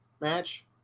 match